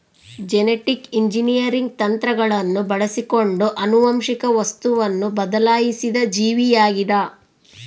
genetic engineering ತಂತ್ರಗಳನ್ನು ಬಳಸಿಕೊಂಡು ಆನುವಂಶಿಕ ವಸ್ತುವನ್ನು ಬದಲಾಯಿಸಿದ ಜೀವಿಯಾಗಿದ